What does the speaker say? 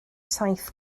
saith